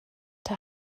der